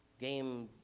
game